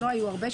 לא היו הרבה,